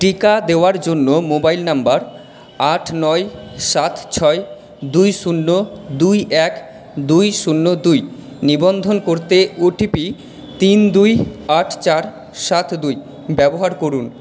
টিকা দেওয়ার জন্য মোবাইল নাম্বার আট নয় সাত ছয় দুই শূন্য দুই এক দুই শূন্য দুই নিবন্ধন করতে ওটিপি তিন দুই আট চার সাত দুই ব্যবহার করুন